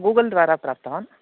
Google द्वारा प्राप्तवान्